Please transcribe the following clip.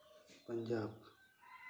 Punjab